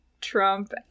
Trump